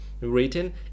written